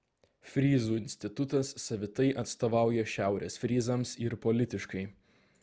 fryzų institutas savitai atstovauja šiaurės fryzams ir politiškai